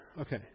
Okay